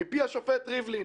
מפי השופט ריבלין,